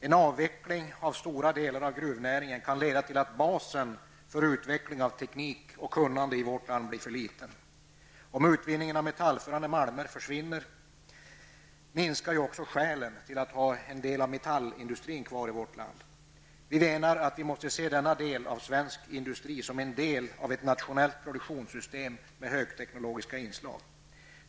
En avveckling av stora delar av gruvnäringen kan leda till att basen för utveckling av teknik och kunnande i vårt land blir för liten. Om utvinningen av metallförande malmer försvinner, minskar ju också skälen till att ha en del av metallindustrin kvar i vårt land. Vi menar att man måste se denna del av svensk industri som en del av ett nationellt produktionssystem med högteknologiska inslag.